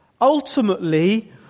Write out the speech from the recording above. Ultimately